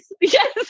yes